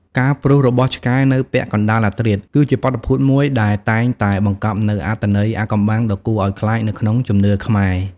ការព្រុសរបស់ឆ្កែនៅពាក់កណ្តាលអធ្រាត្រ គឺជាបាតុភូតមួយដែលតែងតែបង្កប់នូវអត្ថន័យអាថ៌កំបាំងនិងគួរឱ្យខ្លាចនៅក្នុងជំនឿខ្មែរ។